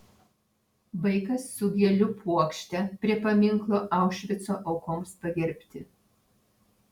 vaikas su gėlių puokšte prie paminklo aušvico aukoms pagerbti